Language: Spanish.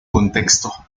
contexto